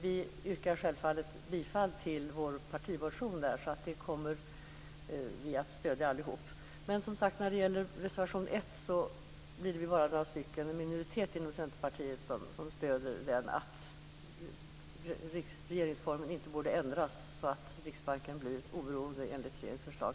Vi yrkar självfallet bifall till vår partimotion där, och det kommer vi att stödja allihop. Men när det gäller reservation 1 blir vi bara några stycken som stöder den. Det är en minoritet inom Centerpartiet som anser att regeringsformen inte borde ändras så att Riksbanken blir oberoende enligt regeringens förslag.